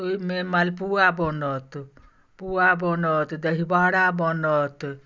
तऽ ओहिमे मालपुआ बनत पुआ बनत दहीवड़ा बनत